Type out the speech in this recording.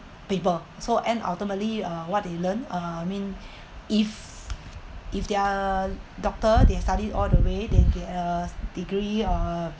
paper so and ultimately what they learn uh I mean if if they're doctor they've studied all the way they then get a degree uh